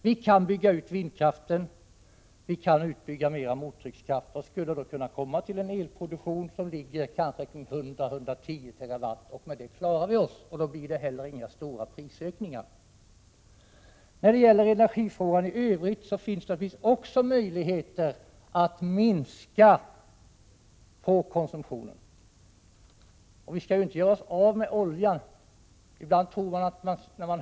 Vi kan bygga ut vindkraften och bygga ut mera mottryckskraft och skulle då komma till en elproduktion kring 100-110 TWh. På det klarar vi oss. Då blir det heller inga stora prisökningar. Också i övrigt finns det möjligheter att minska energikonsumtionen. Och vi skall ju inte göra oss av med oljan. Ibland när man hör debatten kan man = Prot.